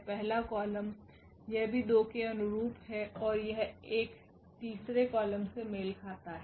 पहला कॉलम यह भी 2 के अनुरूप है और यह 1 तीसरे कॉलम से मेल खाता है